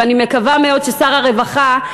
ואני מקווה מאוד ששר הרווחה,